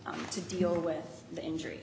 to deal with the injury